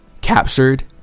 captured